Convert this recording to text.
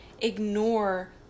ignore